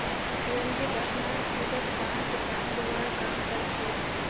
रंजीत अपनार खेतत गांठ बांधवार काम कर छेक